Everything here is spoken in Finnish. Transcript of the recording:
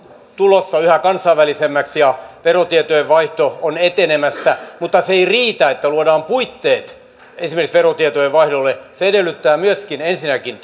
tulossa yhä kansainvälisemmäksi ja verotietojen vaihto on etenemässä ei riitä että luodaan puitteet esimerkiksi verotietojen vaihdolle se edellyttää myöskin esinnäkin